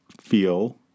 feel